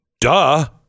duh